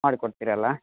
ಮಾಡಿ ಕೊಡ್ತೀರಿ ಅಲ್ಲಾ